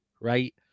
right